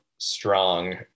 strong